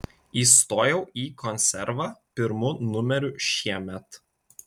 įstojau į konservą pirmu numeriu šiemet